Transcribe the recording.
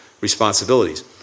responsibilities